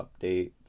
updates